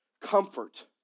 comfort